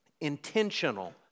intentional